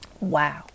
Wow